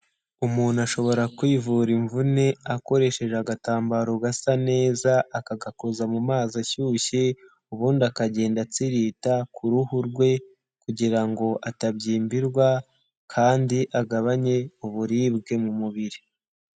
Umuntu ashobora kwivura imvune akoresheje agatambaro gasa neza akagakoza mu mazi ashyushye, ubundi akagenda atsirita ku ruhu rwe kugira ngo atabyimbirwa kandi agabanye uburibwe mu mubiri.